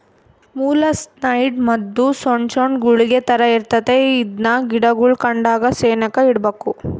molluscicide ಮದ್ದು ಸೊಣ್ ಸೊಣ್ ಗುಳಿಗೆ ತರ ಇರ್ತತೆ ಇದ್ನ ಗಿಡುಗುಳ್ ಕಾಂಡದ ಸೆನೇಕ ಇಡ್ಬಕು